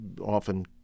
often